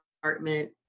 apartment